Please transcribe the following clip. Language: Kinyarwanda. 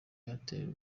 airtel